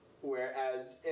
whereas